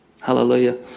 Hallelujah